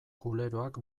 kuleroak